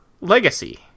Legacy